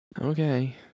okay